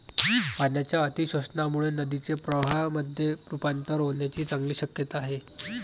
पाण्याच्या अतिशोषणामुळे नदीचे प्रवाहामध्ये रुपांतर होण्याची चांगली शक्यता आहे